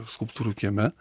skulptūrų kieme